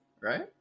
Right